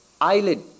eyelid